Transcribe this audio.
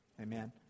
Amen